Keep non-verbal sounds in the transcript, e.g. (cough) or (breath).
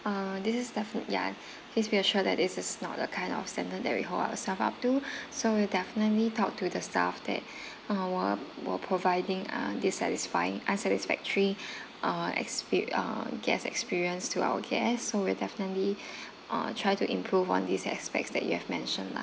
uh this is definite yeah please be assured that this not the kind of standard that we hold ourselves up to so (breath) we'll definitely talk to the staff that (breath) our while providing uh dissatisfying unsatisfactory (breath) uh expe~ uh guest experience to our guests so we'll definitely (breath) uh try to improve on these aspects that you have mentioned lah